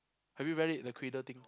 have you read it the cradle thing